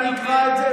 אני אקרא את זה,